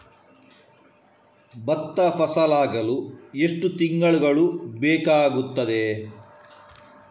ಭತ್ತ ಫಸಲಾಗಳು ಎಷ್ಟು ತಿಂಗಳುಗಳು ಬೇಕಾಗುತ್ತದೆ?